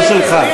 לא שלך.